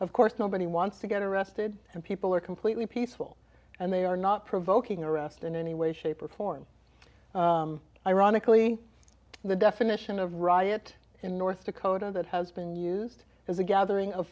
of course nobody wants to get arrested and people are completely peaceful and they are not provoking arrest in any way shape or form ironically the definition of riot in north dakota that has been used as a gathering of